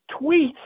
tweets